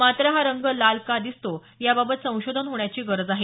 मात्र हा रंग लाल का दिसतो याबाबत संशोधन होण्याची गरज आहे